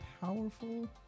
powerful